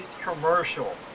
commercial